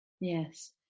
Yes